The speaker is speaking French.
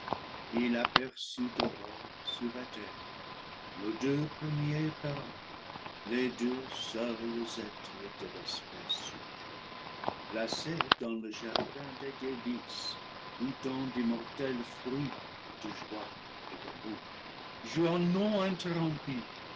il aperçut d'abord sur la terre nos deux premiers parents les deux seuls êtres de l'espèce humaine placés dans le jardin des délices goûtant d'immortels fruits de joie et d'amour joie non interrompue